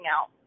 out